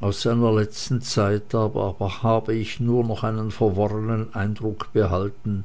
aus seiner letzten zeit aber habe ich nur noch einen verworrenen eindruck behalten